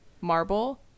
marble